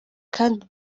kandi